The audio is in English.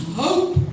hope